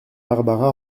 barbara